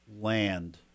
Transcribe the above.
land